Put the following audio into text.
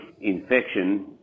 infection